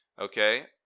Okay